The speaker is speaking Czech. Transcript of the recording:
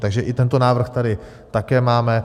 Takže i tento návrh tady také máme.